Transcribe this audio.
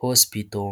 hosipito.